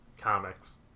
Comics